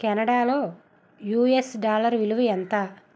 కెనడాలో US dollar విలువ ఎంత